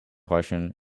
question